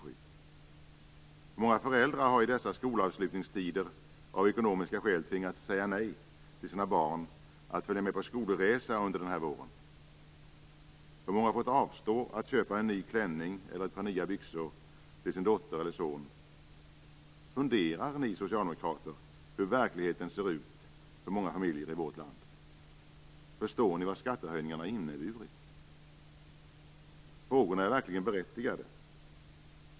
Hur många föräldrar har i dessa skolavslutningstider av ekonomiska skäl tvingats säga nej till sina barn att följa med på skolresa under våren? Hur många har fått avstå från att köpa en ny klänning eller ett par nya byxor till sin dotter eller son? Funderar ni socialdemokrater på hur verkligheten ser ut för många familjer i vårt land? Förstår ni vad skattehöjningarna har inneburit? Frågorna är verkligen berättigade.